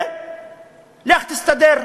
ולך תסתדר.